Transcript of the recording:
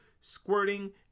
squirting